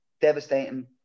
devastating